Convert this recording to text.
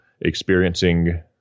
experiencing